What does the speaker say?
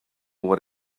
what